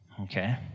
Okay